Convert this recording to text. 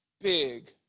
big